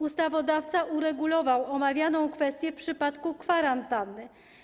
Ustawodawca uregulował omawianą kwestię w przypadku kwarantanny.